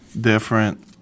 different